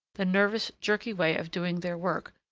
the nervous, jerky way of doing their work,